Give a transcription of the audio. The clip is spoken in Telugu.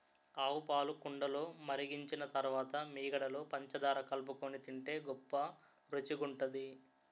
ఆవుపాలు కుండలో మరిగించిన తరువాత మీగడలో పంచదార కలుపుకొని తింటే గొప్ప రుచిగుంటది